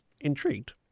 intrigued